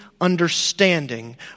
understanding